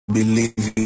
believe